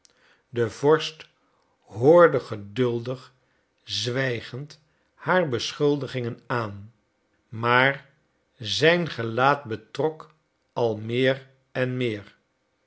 de vorst hoorde geduldig zwijgend haar beschuldigingen aan maar zijn gelaat betrok al meer en meer